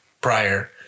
prior